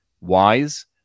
wise